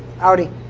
audi,